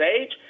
age